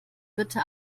bitte